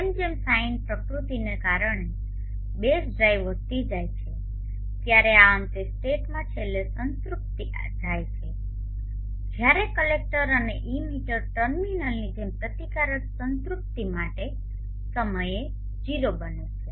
જેમ જેમ સાઈન પ્રકૃતિને કારણે બેઝ ડ્રાઇવ વધતી જાય છે ત્યારે આ અંતે સ્ટેટમાં છેલ્લે સંતૃપ્તિમાં જાય છે જ્યારે કલેક્ટર અને ઇમીટર ટર્મિનલની જેમ પ્રતિકાર સંતૃપ્તિ સમયે 0 બને છે